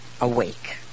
awake